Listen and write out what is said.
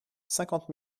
cinquante